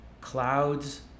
Clouds